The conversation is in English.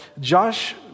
Josh